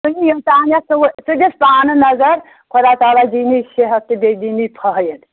ژٕ دِس پانہٕ نظر خۄدا تعالیٰ دی نَے صحت تہِ بیٚیہِ دی نَے فٲہِد